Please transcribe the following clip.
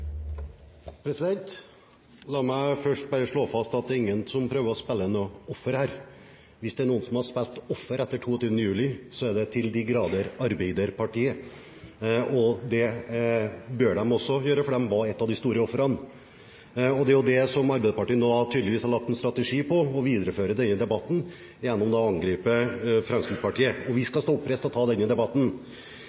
ingen som prøver å spille offer her. Hvis det er noen som har spilt offer etter 22. juli, er det til de grader Arbeiderpartiet, og det bør de også gjøre, for de var et av de store ofrene. Og det er det Arbeiderpartiet nå tydeligvis har lagt en strategi på – å videreføre denne debatten gjennom å angripe Fremskrittspartiet. Vi skal stå oppreist og